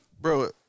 Bro